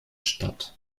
statt